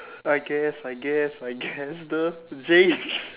I guess I guess I guess the jinx